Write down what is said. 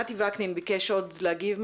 נתי וקנין ביקש להגיב.